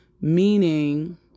meaning